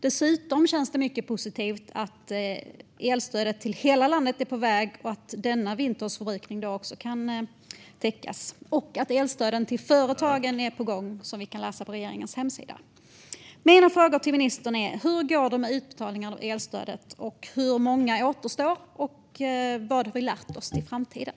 Dessutom känns det mycket positivt att elstödet till hela landet är på väg och att denna vinters förbrukning då kan täckas och att elstöd till företagen är på gång, som vi kan läsa på regeringens hemsida. Mina frågor till ministern är: Hur går det med utbetalningarna av elstödet? Hur många återstår? Och vad har vi lärt oss för framtiden?